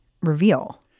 reveal